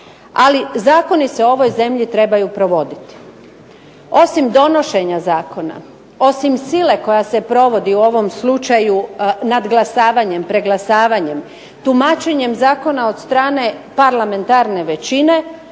ali zakoni se u ovoj zemlji trebaju provoditi. Osim donošenja zakona, osim sile koja se provodi u ovom slučaju nadglasavanje, preglasavanjem, tumačenjem zakona od strane parlamentarne većine